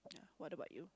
what about you